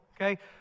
Okay